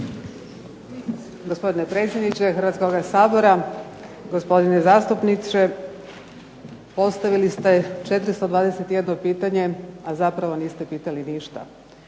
Gospodine predsjedniče Hrvatskoga sabora, gospodine zastupniče. Postavili ste 421 pitanje a zapravo niste pitali ništa,